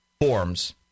forms